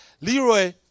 Leroy